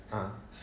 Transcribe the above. ah